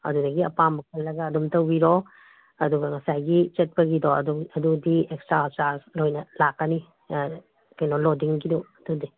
ꯑꯗꯨꯗꯒꯤ ꯑꯄꯥꯝꯕ ꯈꯜꯂꯒ ꯑꯗꯨꯝ ꯇꯧꯕꯤꯔꯣ ꯑꯗꯨꯒ ꯉꯁꯥꯏꯒꯤ ꯆꯠꯄꯒꯤꯗꯣ ꯑꯗꯨꯗꯤ ꯑꯦꯛꯇ꯭ꯔꯥ ꯆꯥꯔꯖ ꯑꯣꯏꯅ ꯂꯥꯛꯀꯅꯤ ꯀꯩꯅꯣ ꯂꯣꯗꯤꯡꯒꯤꯗꯨ ꯑꯗꯨꯗꯤ